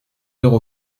heures